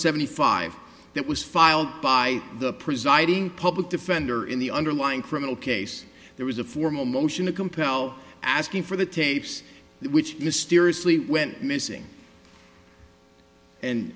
seventy five that was filed by the presiding public defender in the underlying criminal case there was a formal motion to compel asking for the tapes which mysteriously went missing and